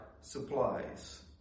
supplies